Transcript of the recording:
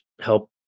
help